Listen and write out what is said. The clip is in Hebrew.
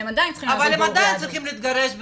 אבל הם עדיין צריכים להתגרש,